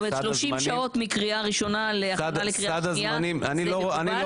זאת אומרת 30 שעות מקריאה ראשונה להכנה לקריאה שנייה זה מקובל?